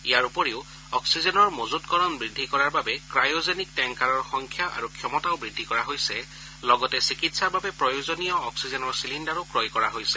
ইয়াৰ উপৰিও অক্সিজেনৰ মজুতকৰণ বৃদ্ধি কৰাৰ বাবে ক্ৰায়'জেনিক টেংকাৰৰ সংখ্যা আৰু ক্ষমতাও বৃদ্ধি কৰা হৈছে লগতে চিকিৎসাৰ বাবে প্ৰয়োজনীয় অক্সিজেনৰ চিলিণ্ডাৰো ক্ৰয় কৰা হৈছে